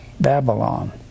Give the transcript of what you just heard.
Babylon